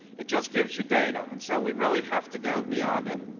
it just gives you data. and so, we really have to go beyond it,